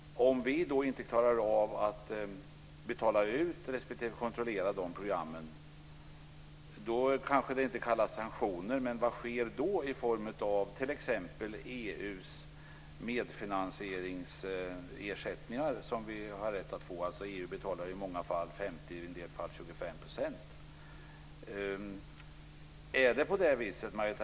Om vi inte klarar av att betala ut respektive kontrollera programmen kanske det inte blir fråga om sanktioner, men vad sker i fråga om t.ex. EU:s medfinansieringsersättningar som vi har rätt att få? EU betalar i många fall 50 % och i en del fall 25 %.